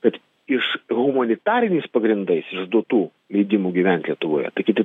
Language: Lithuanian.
kad iš humanitarinias pagrindais išduotų leidimų gyvent lietuvoje tai kiti